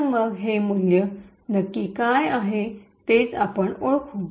तर मग हे मूल्य नक्की काय आहे तेच आपण ओळखू